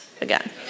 again